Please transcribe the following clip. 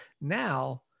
Now